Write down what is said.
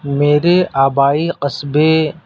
میرے آبائی قصبے